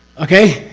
okay?